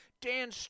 Dan